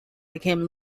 became